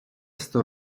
сто